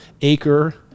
acre